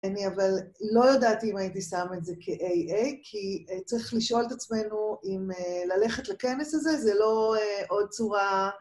אני אבל לא יודעת אם הייתי שם את זה כ-AA, כי צריך לשאול את עצמנו אם ללכת לכנס הזה זה לא עוד צורה...